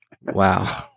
Wow